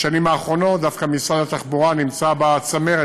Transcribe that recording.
בשנים האחרונות דווקא משרד התחבורה נמצא בצמרת,